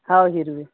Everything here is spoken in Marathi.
हो हिरवी